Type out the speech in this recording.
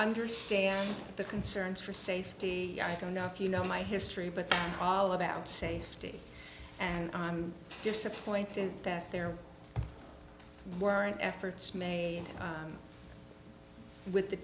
understand the concerns for safety i don't know if you know my history but all about safety and i'm disappointed that there weren't efforts made with the